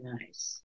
nice